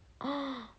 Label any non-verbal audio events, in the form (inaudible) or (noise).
(noise)